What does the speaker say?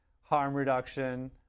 harm-reduction